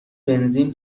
بنزین